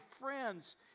friends